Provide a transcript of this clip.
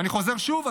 ואני חוזר שוב,